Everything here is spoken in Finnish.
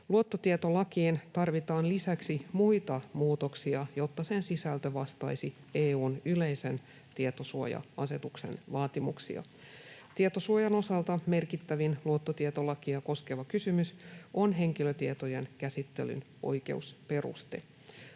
Luottotietolakiin tarvitaan lisäksi muita muutoksia, jotta sen sisältö vastaisi EU:n yleisen tietosuoja-asetuksen vaatimuksia. Tietosuojan osalta merkittävin luottotietolakia koskeva kysymys on henkilötietojen käsittelyn oikeusperuste.